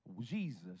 Jesus